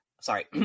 sorry